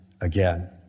again